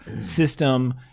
system